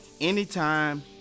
anytime